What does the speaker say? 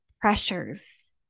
pressures